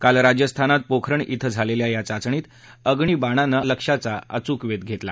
काल राजस्थानात पोखरण इथं झालेल्या या चाचणीत अग्निबाणानं लक्ष्याचा अचूक वेध घेतला